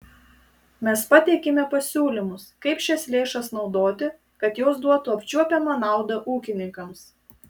mes pateikėme pasiūlymus kaip šias lėšas naudoti kad jos duotų apčiuopiamą naudą ūkininkams